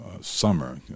summer